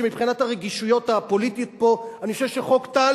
שמבחינת הרגישויות הפוליטיות פה אני חושב שחוק טל